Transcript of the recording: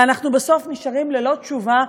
ואנחנו בסוף נשארים ללא תשובה,